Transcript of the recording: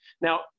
Now